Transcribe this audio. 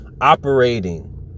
operating